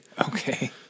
Okay